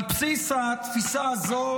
על בסיס התפיסה הזו,